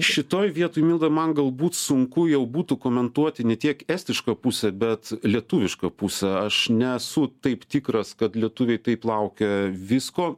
šitoj vietoj milda man galbūt sunku jau būtų komentuoti ne tiek estišką pusę bet lietuvišką pusę aš nesu taip tikras kad lietuviai taip laukia visko